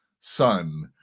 Son